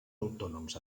autònoms